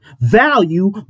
Value